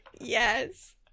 Yes